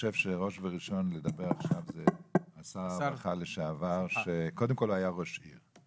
ראשון ידבר השר שלך לשעבר, שהיה ראש עיר,